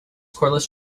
cordless